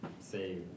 say